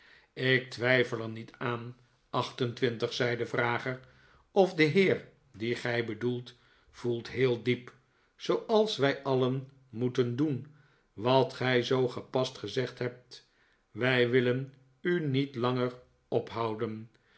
ik twijfel er niet aan acht en twintig zei de vrager of de heer dien gij bedoelt voelt heel diep zooals wij alien moeten doen wat gij zoo gepast gezegd hebt wij willen u niet langer ophouden